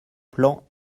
plan